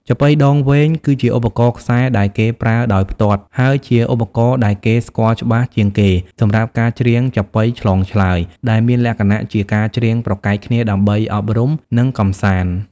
ចាប៉ីដងវែង គឺជាឧបករណ៍ខ្សែដែលគេប្រើដោយផ្ទាត់ ហើយជាឧបករណ៍ដែលគេស្គាល់ច្បាស់ជាងគេសម្រាប់ការច្រៀងចាប៉ីឆ្លងឆ្លើយ ដែលមានលក្ខណៈជាការច្រៀងប្រកែកគ្នាដើម្បីអប់រំ និងកម្សាន្ត។